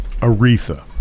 Aretha